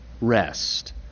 rest